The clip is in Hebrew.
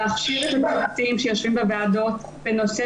להכשיר את ה- -- שיושבים בוועדות בנושא